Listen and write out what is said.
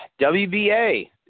WBA